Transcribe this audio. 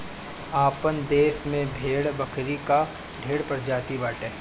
आपन देस में भेड़ बकरी कअ ढेर प्रजाति बाटे